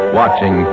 watching